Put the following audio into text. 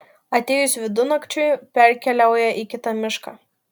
atėjus vidunakčiui perkeliauja į kitą mišką